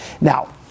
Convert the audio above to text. Now